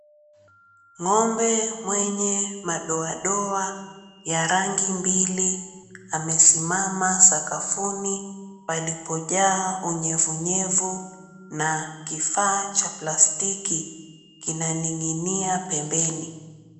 Ng'ombe mwenye madoadoa ya rangi mbili amesimama sakafuni palipojaa unyevunyevu na kifaa cha plastiki kinaning'inia pembeni.